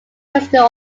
president